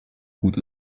gut